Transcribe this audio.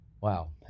Wow